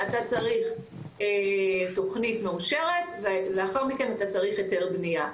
אתה צריך תוכנית מאושרת ולאחר מכן אתה צריך היתר בנייה,